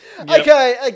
okay